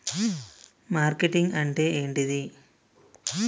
Marketing అంటే ఏంటిది?